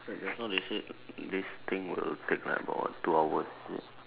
wait just now they said this thing will take like about what two hours is it